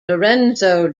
lorenzo